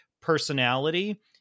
personality